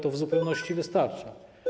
To w zupełności wystarcza.